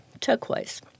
Turquoise